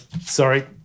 sorry